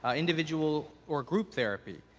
ah individual or group therapy,